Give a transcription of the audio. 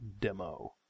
demo